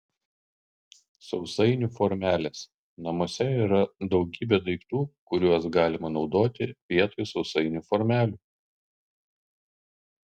sausainių formelės namuose yra daugybė daiktų kuriuos galima naudoti vietoj sausainių formelių